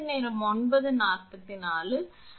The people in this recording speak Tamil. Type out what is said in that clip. எனவே இது எதிர்ப்புக்கானது